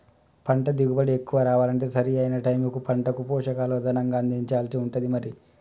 పంట దిగుబడి ఎక్కువ రావాలంటే సరి అయిన టైముకు పంటకు పోషకాలు అదనంగా అందించాల్సి ఉంటది మరి